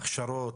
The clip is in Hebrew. להכשרות,